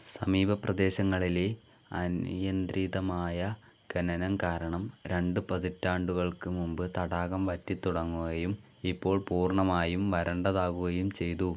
സമീപപ്രദേശങ്ങളിലെ അനിയന്ത്രിതമായ ഖനനം കാരണം രണ്ട് പതിറ്റാണ്ടുകൾക്ക് മുമ്പ് തടാകം വറ്റിത്തുടങ്ങുകയും ഇപ്പോൾ പൂർണ്ണമായും വരണ്ടതാകുകയും ചെയ്തു